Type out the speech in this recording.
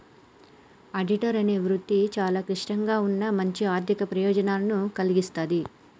auditor అనే వృత్తి చాలా క్లిష్టంగా ఉన్నా మంచి ఆర్ధిక ప్రయోజనాలను కల్గిస్తాది